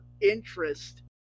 interest